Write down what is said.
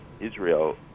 Israel